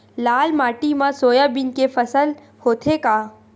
लाल माटी मा सोयाबीन के फसल होथे का?